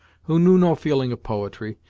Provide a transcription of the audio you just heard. who knew no feeling of poetry,